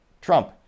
Trump